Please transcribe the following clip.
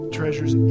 treasures